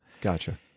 Gotcha